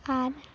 ᱟᱨ